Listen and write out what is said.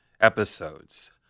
episodes